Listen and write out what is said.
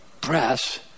press